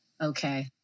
okay